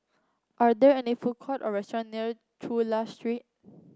are there any food court or restaurant near Chulia Street